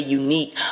unique